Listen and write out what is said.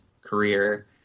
career